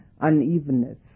unevenness